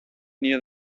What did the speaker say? near